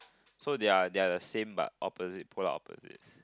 so they're they're the same but opposite polar opposites